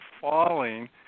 falling